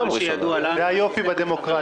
זה היופי בדמוקרטיה.